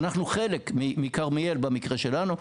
אנחנו חלק מכרמיאל במקרה שלנו,